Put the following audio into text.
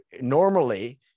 normally